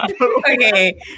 Okay